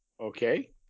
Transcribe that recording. Okay